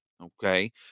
okay